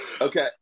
Okay